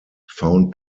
found